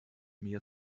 mir